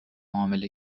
معامله